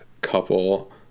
couple